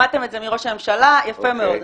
למדתם את זה מראש הממשלה, יפה מאוד.